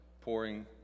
pouring